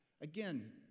Again